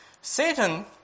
Satan